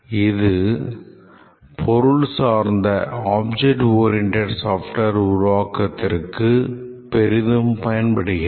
இது பொருள் சார்ந்த object oriented software உருவாக்கத்திற்கு பெரிதும் பயன்படுகிறது